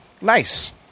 Nice